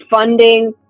funding